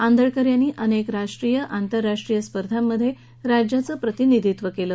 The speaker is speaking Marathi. आंदळकर यांनी अनेक राष्ट्रीय आंतरराष्ट्रीय स्पर्धांमध्ये राज्याचं नेतृत्व केलं